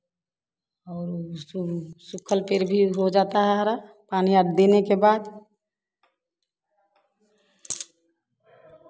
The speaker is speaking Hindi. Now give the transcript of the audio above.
और उसको सुखाल पेड़ भी हो जाता है हरा पानी देने के बाद